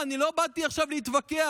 לא, אני לא באתי עכשיו להתווכח.